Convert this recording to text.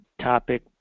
topic